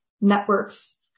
networks